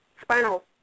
spinal